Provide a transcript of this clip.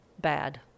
bad